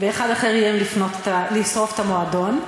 ואחד אחר איים לשרוף את המועדון.